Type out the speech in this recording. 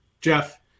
Jeff